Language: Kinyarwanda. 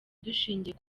dushingiye